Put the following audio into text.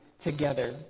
together